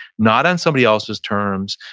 not on somebody else's terms,